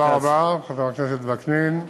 תודה רבה, חבר הכנסת וקנין.